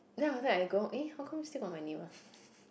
then after that I go eh how come there's still my name ah